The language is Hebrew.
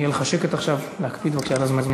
יהיה לך שקט עכשיו, להקפיד בבקשה על הזמנים.